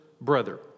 brother